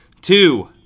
Two